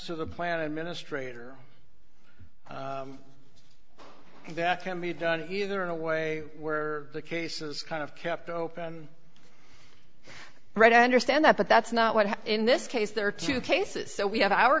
to the plan administrator and that can be done either in a way where the case is kind of kept open read i understand that but that's not what in this case there are two cases so we have our